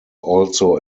also